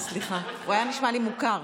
סליחה, הוא היה נשמע לי מוכר.